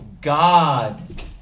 God